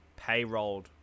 payrolled